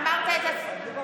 אני אצביע בסיבוב השני.